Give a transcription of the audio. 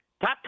Top